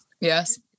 Yes